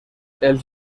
els